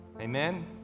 Amen